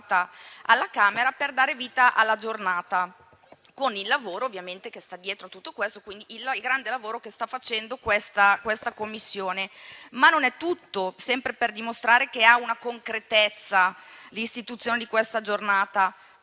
alla Camera, per dare vita alla Giornata, con il lavoro che sta dietro a tutto questo e, quindi, il grande lavoro che sta facendo la Commissione. Ma non è tutto. Sempre per dimostrare che l'istituzione di questa Giornata